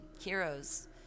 heroes